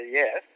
yes